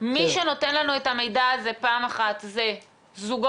מי שנותן לנו את המידע הזה פעם אחת אלה זוגות